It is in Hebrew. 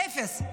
אפס.